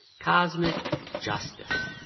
cosmic justice,